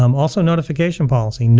um also, notification policy,